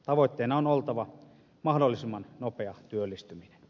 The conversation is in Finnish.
tavoitteena on oltava mahdollisimman nopea työllistyminen